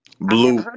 Blue